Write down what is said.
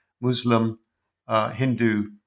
Muslim-Hindu